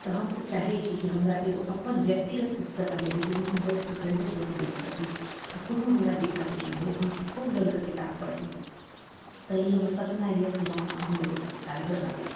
तऽ हम तऽ चाहै छी की हमरा एगो अपन व्यक्तिगत पुस्तकालय होइ जाहिमे हम बैसिकऽ घण्टो घण्टो बैसि सकी आ कोनो हमरा दिक्कत नहि होइ हम खूब रङ्गके किताब पढ़ी तऽ ई हमर सपना यऽ की हँ हम एगो पुस्तकालय बनाबी